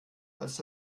als